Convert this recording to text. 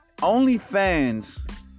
OnlyFans